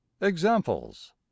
Examples